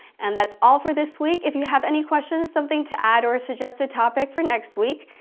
and that's all for this week! if you have any questions, something to add, or a suggested topic for next week,